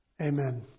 Amen